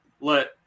let